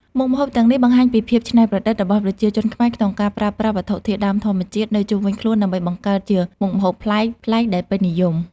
មុខម្ហូបទាំងនេះបង្ហាញពីភាពច្នៃប្រឌិតរបស់ប្រជាជនខ្មែរក្នុងការប្រើប្រាស់វត្ថុធាតុដើមធម្មជាតិនៅជុំវិញខ្លួនដើម្បីបង្កើតជាមុខម្ហូបប្លែកៗដែលពេញនិយម។